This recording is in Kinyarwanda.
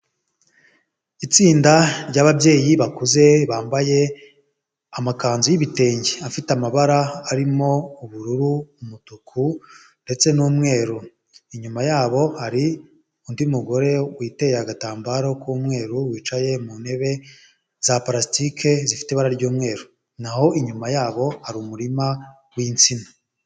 Itsinda ry'ababyeyi bakuze bambaye amakanzu y'ibitenge afite amabara arimo ubururu, umutuku ndetse n'umweru inyuma yabo hari undi mugore witeye agatambaro k'umweru wicaye mu ntebe za parasitike zifite ibara ry'umweru naho, inyuma yabo hari umurima w'insina.